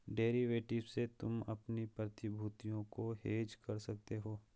derivative से तुम अपनी प्रतिभूतियों को हेज कर सकते हो